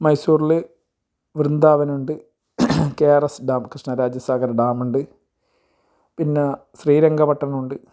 മൈസൂരിൽ വൃന്ദാവനമുണ്ട് K R S dam Krishna Raja Sagar dam ഉണ്ട് പിന്നെ ശ്രീരങ്കപട്ടണമുണ്ട്